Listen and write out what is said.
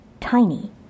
tiny